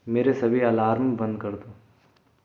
मेरे सभी अलार्म बंद कर दो